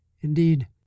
indeed